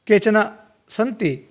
केचन सन्ति